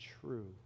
true